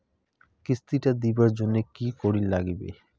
কিস্তি টা দিবার জন্যে কি করির লাগিবে?